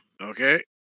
Okay